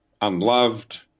unloved